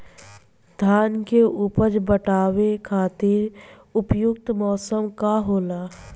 धान के उपज बढ़ावे खातिर उपयुक्त मौसम का होला?